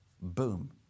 Boom